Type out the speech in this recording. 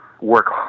work